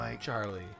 Charlie